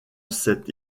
cette